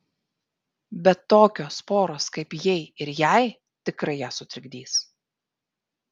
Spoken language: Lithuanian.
bet tokios poros kaip jei ir jai tikrai ją sutrikdys